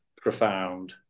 profound